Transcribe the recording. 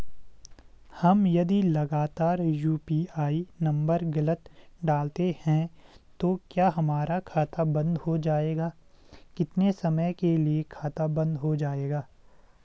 हम यदि लगातार यु.पी.आई नम्बर गलत डालते हैं तो क्या हमारा खाता बन्द हो जाएगा कितने समय के लिए खाता बन्द हो जाएगा?